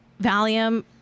Valium